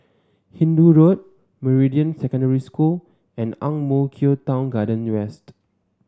Hindoo Road Meridian Secondary School and Ang Mo Kio Town Garden West